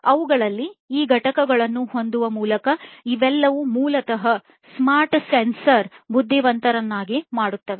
ಅವುಗಳಲ್ಲಿ ಈ ಘಟಕಗಳನ್ನು ಹೊಂದುವ ಮೂಲಕ ಇವೆಲ್ಲವೂ ಮೂಲತಃ ಈ ಸ್ಮಾರ್ಟ್ ಸೆನ್ಸರ್ಗಳನ್ನು ಬುದ್ಧಿವಂತರನ್ನಾಗಿ ಮಾಡುತ್ತದೆ